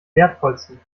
wertvollsten